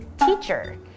teacher